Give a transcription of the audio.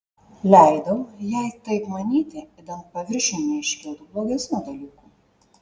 leidau jai taip manyti idant paviršiun neiškiltų blogesnių dalykų